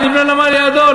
אני אבנה נמל לידו,